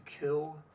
kill